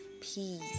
peace